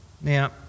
Now